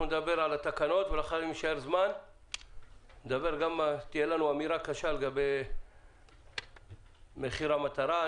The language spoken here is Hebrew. אנחנו נדבר על התקנות ואם יישאר תהיה לנו אמירה קשה לגבי מחיר המטרה.